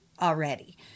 already